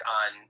on